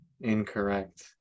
incorrect